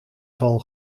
val